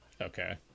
okay